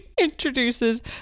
introduces